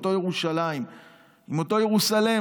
עם אותה ירושלים.